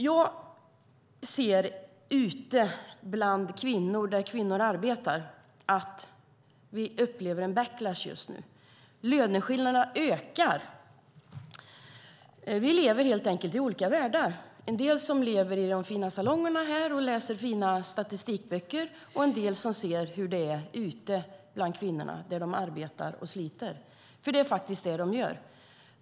Jag ser ute bland kvinnor, där kvinnor arbetar, att vi upplever en backlash just nu. Löneskillnaderna ökar. Vi lever helt enkelt i olika världar. En del lever i de fina salongerna och läser fina statistikböcker, och en del ser hur det är ute bland kvinnorna där de arbetar och sliter. Det är nämligen vad de gör.